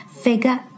Figure